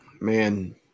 Man